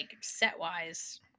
set-wise